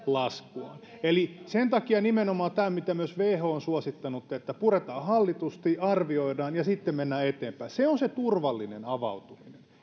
laskuaan eli sen takia nimenomaan tämä mitä myös who on suosittanut että puretaan hallitusti arvioidaan ja sitten mennään eteenpäin on se turvallinen avautuminen